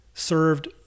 served